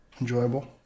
enjoyable